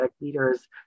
leaders